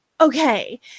okay